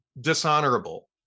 dishonorable